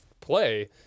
play